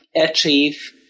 achieve